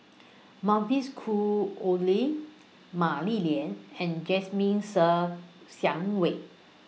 Mavis Khoo Oei Mah Li Lian and Jasmine Ser Xiang Wei